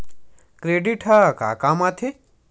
Credit ह का काम आथे?